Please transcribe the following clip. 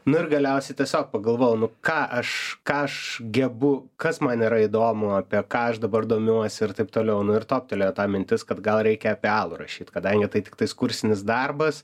nu ir galiausiai tiesiog pagalvojau nu ką aš ką aš gebu kas man yra įdomu apie ką aš dabar domiuosi ir taip toliau nu ir toptelėjo ta mintis kad gal reikia apie alų rašyt kadangi tai tiktais kursinis darbas